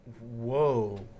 Whoa